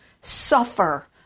Suffer